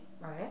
Right